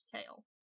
tail